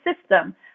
system